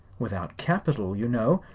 without capital, you know,